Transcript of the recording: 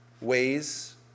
Ways